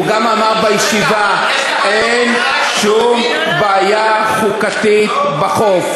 והוא גם אמר בישיבה: אין שום בעיה חוקתית בחוק.